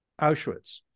Auschwitz